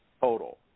total